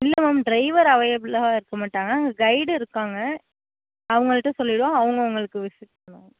இல்லை ma'am driver அவைலபுளாக இருக்க மாட்டாங்க கைடு இருக்காங்க அவங்கள்ட்ட சொல்லிவிடுவோம் அவங்க உங்களுக்கு விசிட் பண்ணுவாங்க